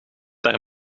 haar